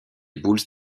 bulls